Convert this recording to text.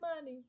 money